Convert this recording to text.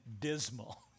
dismal